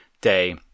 day